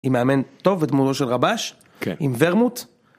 עם מאמן טוב ותמונות של רבש, עם ורמוט.